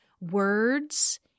words